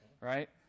right